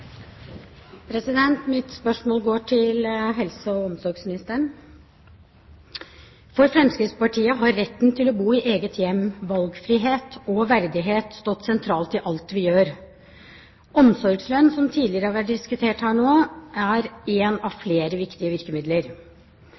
å bo i eget hjem, til valgfrihet og verdighet stått sentralt i alt vi gjør. Omsorgslønn, som tidligere har vært diskutert her, er et av flere viktige virkemidler.